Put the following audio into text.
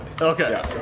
Okay